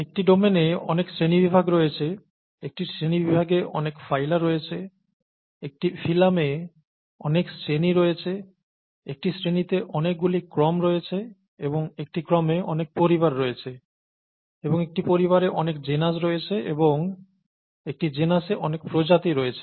একটি ডোমেনে অনেক শ্রেণীবিভাগ রয়েছে একটি শ্রেণিবিভাগে অনেক ফাইলা রয়েছে একটি ফিলামে অনেক শ্রেণী রয়েছে একটি শ্রেণীতে অনেকগুলি ক্রম রয়েছে এবং একটি ক্রমে অনেক পরিবার রয়েছে এবং একটি পরিবারে অনেক জেনাস রয়েছে এবং একটি জেনাসে অনেক প্রজাতি রয়েছে